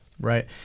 Right